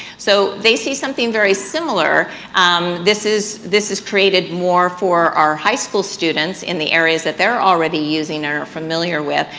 so, they see something very similar this is this is created more for our high school students in the areas that they're already using or familiar with,